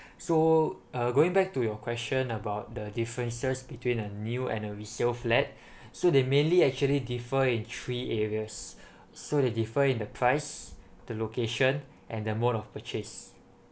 so uh going back to your question about the differences between a new and resale flat so they mainly actually differ in three areas so they differ in the price the location and the mode of purchase